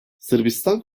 sırbistan